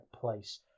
place